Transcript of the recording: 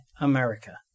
America